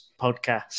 podcast